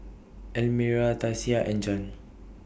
Almyra Tasia and Jann